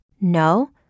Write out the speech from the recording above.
No